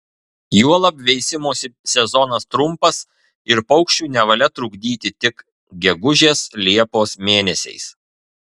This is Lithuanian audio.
juolab veisimosi sezonas trumpas ir paukščių nevalia trukdyti tik gegužės liepos mėnesiais